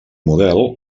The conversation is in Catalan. model